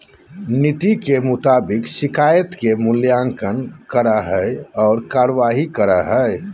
नीति के मुताबिक शिकायत के मूल्यांकन करा हइ और कार्रवाई करा हइ